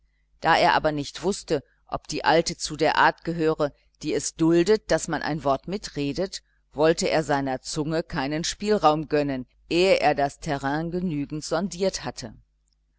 da er aber nicht wußte ob die alte zu der art gehöre die es duldet daß man ein wort mitredet wollte er seiner zunge keinen spielraum gönnen ehe er das terrain genügend sondiert hatte